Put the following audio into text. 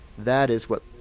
that is what